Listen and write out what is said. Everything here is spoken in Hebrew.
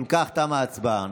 אם כך תמה ההצבעה.